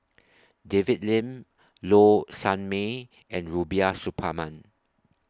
David Lim Low Sanmay and Rubiah Suparman